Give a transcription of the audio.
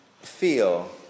feel